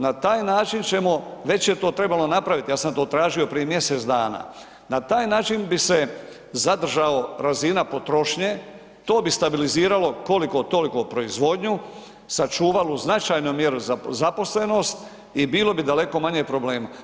Na taj način ćemo, već je to trebalo napraviti, ja sam to tražio prije mjesec dana, na taj način bi se zadržao razina potrošnje, to bi stabiliziralo koliko-toliko proizvodnju, sačuvalo u značajnoj mjeri zaposlenosti i bilo bi daleko manje problema.